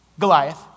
goliath